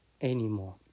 anymore